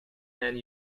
and